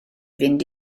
fynd